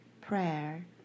prayer